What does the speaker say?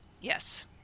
yes